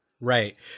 Right